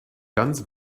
guns